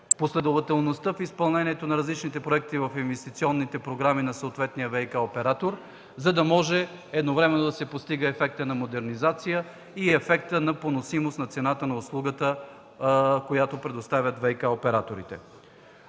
последователността в изпълнението на различните проекти в инвестиционните програми на съответния ВиК-оператор, за да може едновременно да се постига ефектът на модернизация и ефектът на поносимост на цената на услугата, която предоставят ВиК операторите.